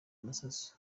masasu